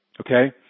Okay